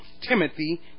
Timothy